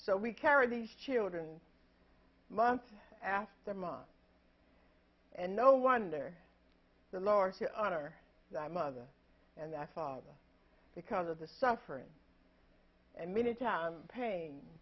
so we carried these children month after month and no wonder the lower to honor mother and that father because of the suffering and many times pain